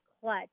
clutch